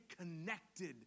connected